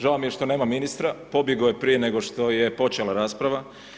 Žao mi je što nema ministra, pobjegao je prije nego što je počela rasprava.